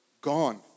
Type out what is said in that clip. gone